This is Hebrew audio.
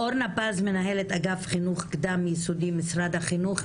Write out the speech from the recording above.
אורנה פז מנהלת אגף חינוך קדם יסודי, משרד החינוך.